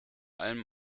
allem